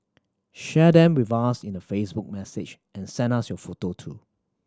share them with us in a Facebook message and send us your photo too